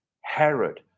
Herod